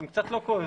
הם קצת לא קוהרנטיים.